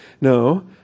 No